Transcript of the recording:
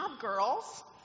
girls